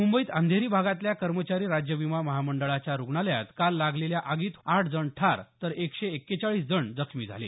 मुंबईत अंधेरी भागातल्या कर्मचारी राज्य विमा महामंडळाच्या रुग्णालयात काल लागलेल्या आगीत आठ जण ठार तर एकशे एक्केचाळीस जण जखमी झाले